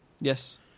Yes